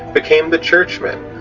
became the churchmen,